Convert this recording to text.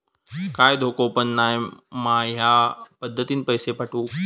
काय धोको पन नाय मा ह्या पद्धतीनं पैसे पाठउक?